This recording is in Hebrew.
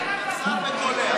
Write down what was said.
קצר וקולע.